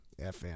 FM